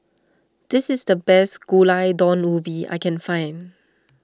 this is the best Gulai Daun Ubi I can find